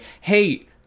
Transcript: Hey